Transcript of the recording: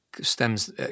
stems